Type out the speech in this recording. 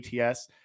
ATS